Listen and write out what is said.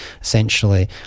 essentially